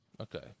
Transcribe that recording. Okay